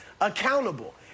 accountable